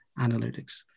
analytics